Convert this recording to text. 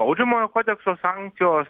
baudžiamojo kodekso sankcijos